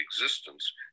existence